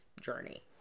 journey